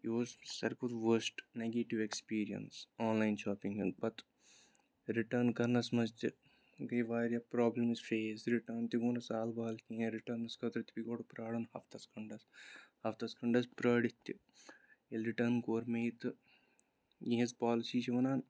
یہِ اوس سأرِوٕیو کھۅتہٕ worst negative experience online shopping ہُنٛد پَتہٕ رِٹٲرٕن کَرنَس منٛز تہِ گَیہِ وارِیاہ پرٛابلِمٕز فیس رِٹٲرٕن تہِ گوٚو نہٕ سَہل وَہل کِہیٖنٛۍ رِٹٲرٕنَس خٲطرٕ تہِ پیٚیہِ گۅڈٕ پرٛاڑِن ہَفتَس کھنٛڈَس ہَفتَس کھنٛڈَس پرٛٲڑِتھ تہٕ ییٚلہِ رِٹٲرٕن کوٚر مےٚ یہِ تہٕ یِہٕنٛز پالیسی چھِ وَنان